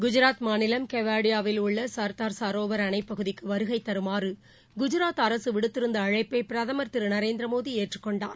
குஜராத் மாநிலம் கேவாடியாவில் உள்ளசர்தார் சரோவர் அணைப் பகுதிக்குவருகைதருமாறுகுஜாத் அரசுவிடுத்திருந்தஅழைப்பைபிரதமர் திருநரேந்திரமோடிஏற்றுக்கொண்டார்